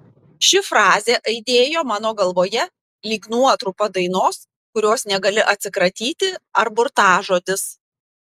ši frazė aidėjo mano galvoje lyg nuotrupa dainos kurios negali atsikratyti ar burtažodis